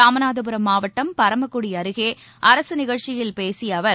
ராமநாதபுரம் மாவட்டம் பரமக்குடிஅருகேஅரசுநிகழ்ச்சியில் பேசியஅவர்